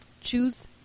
choose